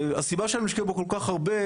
הסיבה שאני משקיע בו כל כך הרבה,